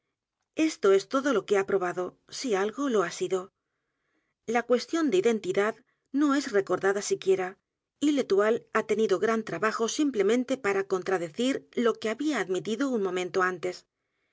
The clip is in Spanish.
esto es todo lo que ha probado si algo lo ha sido la cuestión de identidad no es recordada siquiera y vetoileha tenido g r a n trabajo simplemente p a r a contradecirlo que había admitido un momento antes